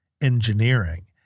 engineering